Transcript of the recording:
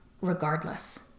regardless